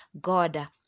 God